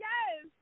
Yes